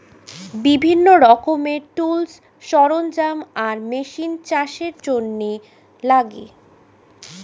বিভিন্ন রকমের টুলস, সরঞ্জাম আর মেশিন চাষের জন্যে লাগে